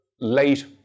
late